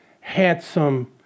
handsome